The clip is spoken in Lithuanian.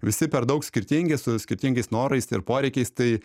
visi per daug skirtingi su skirtingais norais ir poreikiais tai